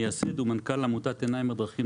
מייסד ומנכ"ל עמותת 'עיניים בדרכים,